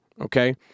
Okay